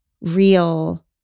real